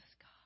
God